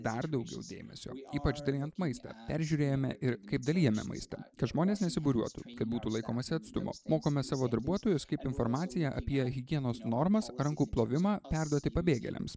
dar daugiau dėmesio ypač dalijant maistą peržiūrėjome ir kaip dalijame maistą kad žmonės nesibūriuotų kad būtų laikomasi atstumo mokome savo darbuotojus kaip informaciją apie higienos normas rankų plovimą perduoti pabėgėliams